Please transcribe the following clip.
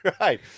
Right